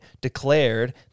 declared